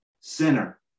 sinner